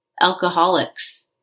Alcoholics